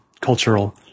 cultural